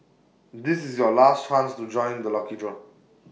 this is your last chance to join the lucky draw